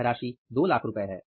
यह राशि 200000 रुपये है